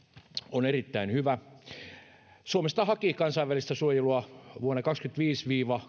on erittäin hyvä suomesta haki kansainvälistä suojelua vuosina kaksituhattaviisitoista viiva